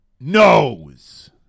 knows